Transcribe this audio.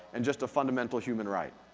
and just a fundamental human right.